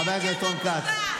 חבר הכנסת רון כץ,